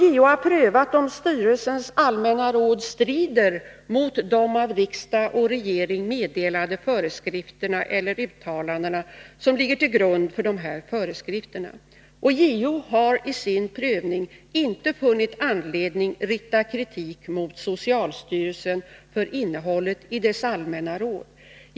JO har prövat om styrelsens allmänna råd strider mot de av riksdag och regering gjorda uttalandena, som ligger till grund för dessa föreskrifter. JO har vid sin prövning inte funnit anledning att rikta kritik mot socialstyrelsen för innehållet i dess allmänna råd.